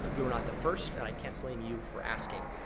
you are not the first and i can't blame you for asking.